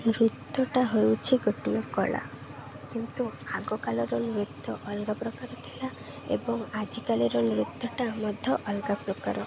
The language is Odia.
ନୃତ୍ୟଟା ହେଉଛି ଗୋଟିଏ କଳା କିନ୍ତୁ ଆଗକାଲରେ ନୃତ୍ୟ ଅଲଗା ପ୍ରକାର ଥିଲା ଏବଂ ଆଜିକାଲିର ନୃତ୍ୟଟା ମଧ୍ୟ ଅଲଗା ପ୍ରକାର